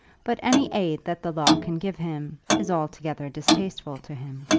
but any aid that the law can give him is altogether distasteful to him.